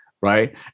right